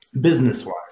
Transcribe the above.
business-wise